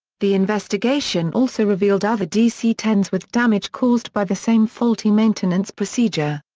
the investigation also revealed other dc ten s with damage caused by the same faulty maintenance procedure.